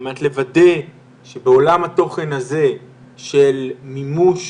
על מנת לוודא שבעולם התוכן הזה של מימוש